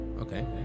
Okay